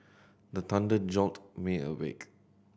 the thunder jolt me awake